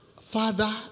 Father